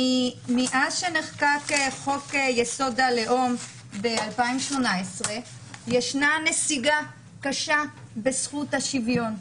מאז שנחקק חוק-יסוד: הלאום ב-2018 ישנה נסיגה קשה בזכות השוויון,